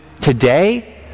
today